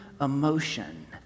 emotion